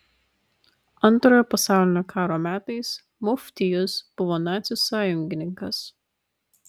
antrojo pasaulinio karo metais muftijus buvo nacių sąjungininkas